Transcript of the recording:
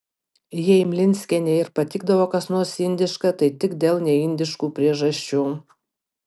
jei mlinskienei ir patikdavo kas nors indiška tai tik dėl neindiškų priežasčių